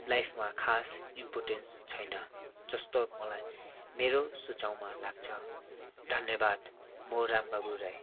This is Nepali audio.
लाइफमा खास इम्पोर्टेन्स छैन जस्तो मलाई मेरो सुझावमा लाग्छ धन्यवाद म रामबाबु राई